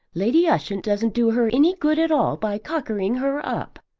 lady ushant doesn't do her any good at all by cockering her up.